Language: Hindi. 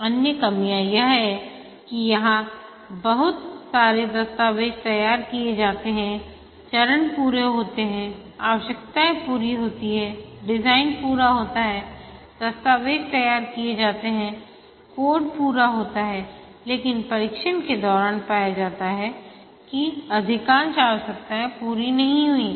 अन्य कमियां यह हैं कि यहां बहुत सारे दस्तावेज तैयार किए जाते हैं चरण पूरे होते हैं आवश्यकताएं पूरी होती हैं डिजाइन पूरा होता है दस्तावेज तैयार किए जाते हैं कोड पूरा होता है लेकिन परीक्षण के दौरान पाया गया कि अधिकांश आवश्यकताएं पूरी नहीं हुई हैं